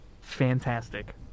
Fantastic